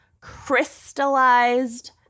crystallized